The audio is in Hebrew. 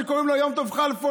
שקוראים לו יום טוב כלפון,